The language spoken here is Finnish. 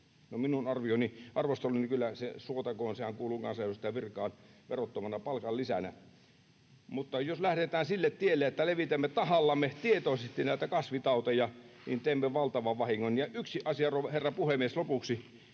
minun arvosteluni kyllä suotakoon, sehän kuuluu kansanedustajan virkaan verottomana palkanlisänä. Mutta jos lähdetään sille tielle, että levitämme tahallamme, tietoisesti näitä kasvitauteja, niin teemme valtavan vahingon. Yksi asia, herra puhemies, lopuksi: